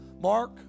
Mark